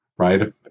Right